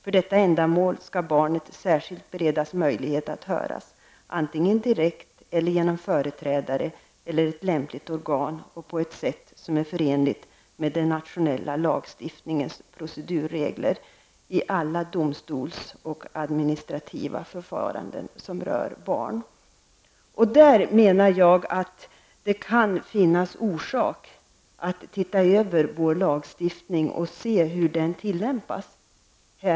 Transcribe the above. För detta ändamål skall barnet särskilt beredas möjlighet att höras, antingen direkt eller genom företrädare eller ett lämpligt organ och på ett sätt som är förenligt med den nationella lagstiftningens procedurregler, i alla domstols och administrativa förfaranden som rör barn.'' Jag anser att det kan finnas skäl att göra en översyn av vår lagstiftning och dess tillämpning.